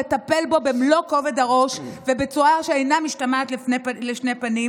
לטפל בו במלוא כובד הראש ובצורה שאינה משתמעת לשני פנים,